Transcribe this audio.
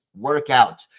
workouts